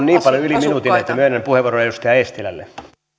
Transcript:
niin paljon yli minuutin että myönnän puheenvuoron edustaja eestilälle